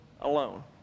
alone